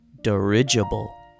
dirigible